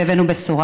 והבאנו בשורה.